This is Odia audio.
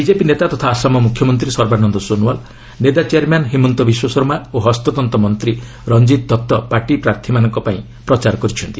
ବିଜେପି ନେତା ତଥା ଆସାମ୍ ମୁଖ୍ୟମନ୍ତ୍ରୀ ସର୍ବାନନ୍ଦ ସୋନୱାଲ୍ ନେଦା ଚେୟାର୍ମ୍ୟାନ୍ ହିମନ୍ତ ବିଶ୍ୱଶର୍ମା ଓ ହସ୍ତତ୍ତ ମନ୍ତ୍ରୀ ରଞ୍ଜିତ୍ ଦଉ ପାର୍ଟି ପ୍ରାର୍ଥୀମାନଙ୍କ ପାଇଁ ପ୍ରଚାର କରିଛନ୍ତି